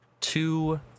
two